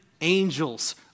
angels